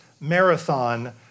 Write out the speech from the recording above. Marathon